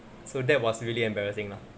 so that was really embarrassing lah